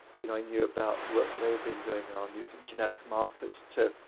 you know, i knew about the work that they had been doing on using genetic markets to